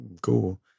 cool